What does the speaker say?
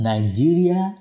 Nigeria